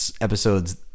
episodes